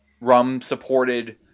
rum-supported